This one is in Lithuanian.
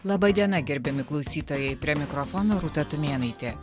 laba diena gerbiami klausytojai prie mikrofono rūta tumėnaitė